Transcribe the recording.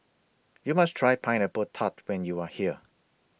YOU must Try Pineapple Tart when YOU Are here